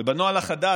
ובנוהל החדש,